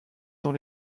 dans